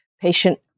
patient